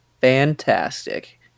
fantastic